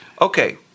okay